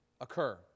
occur